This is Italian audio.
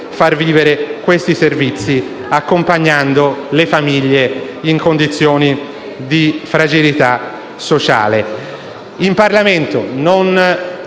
far vivere i servizi, accompagnando le famiglie in condizioni di fragilità sociale.